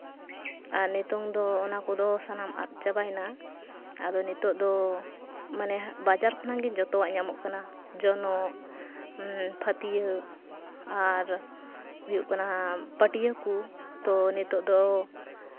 ᱟᱨ ᱱᱤᱛᱚᱝ ᱫᱚ ᱚᱱᱟ ᱠᱚᱫᱚ ᱥᱟᱱᱟᱢ ᱟᱫ ᱪᱟᱵᱟᱭᱮᱱᱟ ᱟᱫᱚ ᱱᱤᱛᱚᱜ ᱫᱚ ᱢᱟᱱᱮ ᱵᱟᱡᱟᱨ ᱠᱷᱚᱱᱟᱝ ᱜᱮ ᱡᱚᱛᱚᱣᱟᱜ ᱧᱟᱢᱚᱜ ᱠᱟᱱᱟ ᱡᱚᱱᱚᱜ ᱯᱷᱟᱹᱛᱭᱟᱹᱜ ᱟᱨ ᱦᱩᱭᱩᱜ ᱠᱟᱱᱟ ᱯᱟᱹᱴᱭᱟᱹ ᱠᱚ ᱛᱳ ᱱᱤᱛᱚᱜ ᱫᱚ